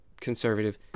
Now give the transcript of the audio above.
conservative